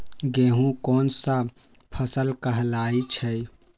गेहूँ कोन सा फसल कहलाई छई?